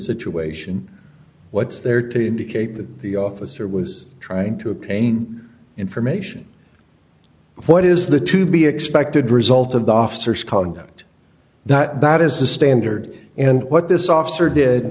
situation what's there to indicate that the officer was trying to obtain information what is the to be expected result of the officers conduct that that is the standard and what th